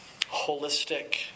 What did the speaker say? holistic